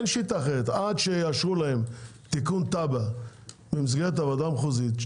אין שיטה אחרת עד שיאשרו להם תיקון תב"ע במסגרת הוועדה המחוזית,